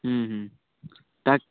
टाकी